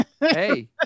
hey